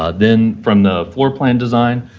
ah then, from the floor plan design,